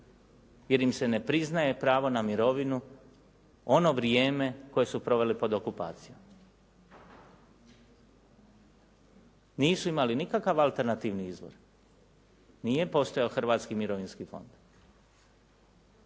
jer im se ne priznaje pravo na mirovinu, ono vrijeme koje su proveli pod okupacijom. Nisu imali nikakav alternativni izbor. Nije postojao hrvatski mirovinski fond.